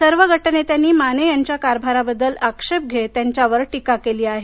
सर्व गटनेत्यांनी माने यांच्या कारभाराबद्दल आक्षेप घेत त्यांच्यावर टीका केली आहे